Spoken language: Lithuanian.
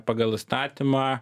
pagal įstatymą